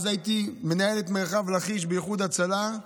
הייתי מנהל את מרחב לכיש באיחוד הצלה,